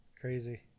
Crazy